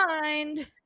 mind